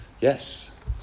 Yes